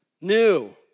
New